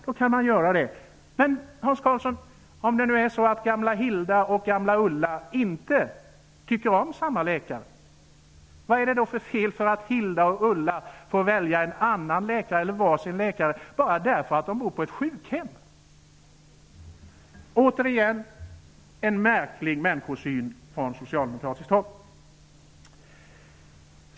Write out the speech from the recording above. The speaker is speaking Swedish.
Men om det nu är så, Hans Karlsson, att gamla Hilda och gamla Ulla inte tycker om en läkare, vad är det då för fel i att Hilda och Ulla får välja en annan läkare eller varsin läkare, bara därför att de bor på ett sjukhem? Det är återigen en märklig människosyn från socialdemokratiskt håll.